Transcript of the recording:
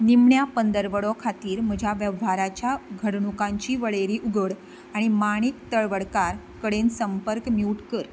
निमाण्या पंदरवडो खातीर म्हज्या वेव्हाराच्या घडणुकांची वळेरी उगड आनी माणिक तलवडकार कडेन संपर्क म्यूट कर